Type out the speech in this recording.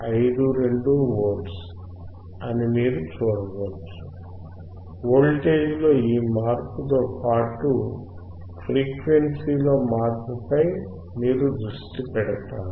52వోల్త్స్ అని మీరు చూడవచ్చు వోల్టేజ్లో ఈ మార్పు తో పాటు ఫ్రీక్వెన్సీలో మార్పుపై మీరు దృష్టి పెడతారు